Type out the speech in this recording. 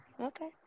Okay